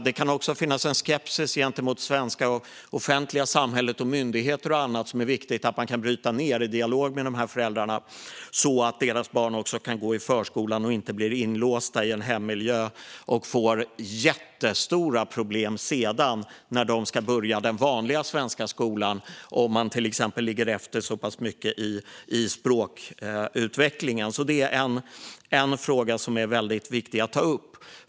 Det kan också finnas en skepsis gentemot det svenska offentliga samhället, myndigheter och annat, som det är viktigt att man kan bryta ned i dialog med dessa föräldrar, så att deras barn också kan gå i förskolan och inte blir inlåsta i en hemmiljö och får jättestora problem när de sedan ska börja i den vanliga svenska skolan och till exempel ligger efter mycket i språkutvecklingen. Detta är därför en fråga som är väldigt viktig att ta upp.